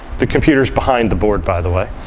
the computer's behind the board, by the way.